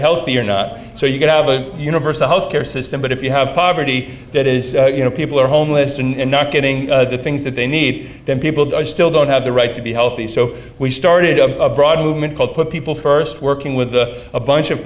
healthy or not so you could have a universal health care system but if you have poverty that is you know people are homeless and not getting the things that they need that people still don't have the right to be healthy so we started a broad movement called put people first working with a bunch of